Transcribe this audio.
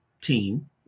team